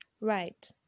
Right